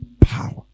power